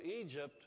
Egypt